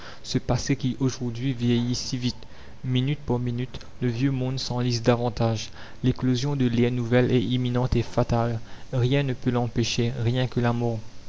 ce passé qui aujourd'hui vieillit si vite minute par minute le vieux monde s'enlise davantage l'éclosion de l'ère nouvelle est imminente et fatale rien ne peut l'empêcher rien que la mort